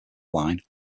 line